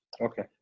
Okay